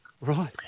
Right